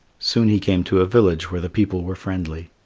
soon he came to a village where the people were friendly.